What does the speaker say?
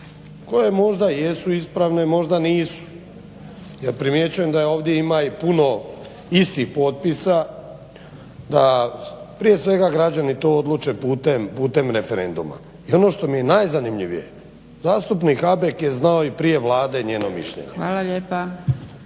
koje možda jesu ispravne, možda nisu. Ja primjećujem da ovdje ima i puno istih potpisa, da prije svega građani to odluče putem referenduma. I ono što mi je najzanimljivije, zastupnik Habek je znao i prije Vlade njeno mišljenje. **Zgrebec,